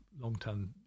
long-term